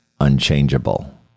unchangeable